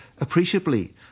appreciably